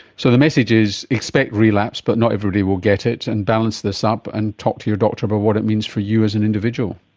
so the message is expect relapse but not everybody will get it, and balance this up and talk to your doctor about what it means for you as an individual.